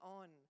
on